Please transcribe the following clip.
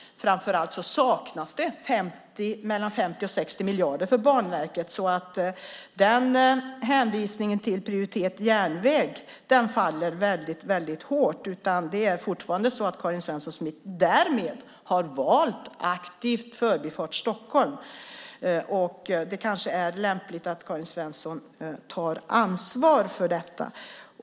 Framför allt saknas mellan 50 och 60 miljarder till Banverket. Den hänvisningen till prioritet järnväg faller hårt. Fortfarande gäller att Karin Svensson Smith aktivt valt Förbifart Stockholm. Kanske vore det lämpligt att Karin Svensson Smith tog ansvar för detta.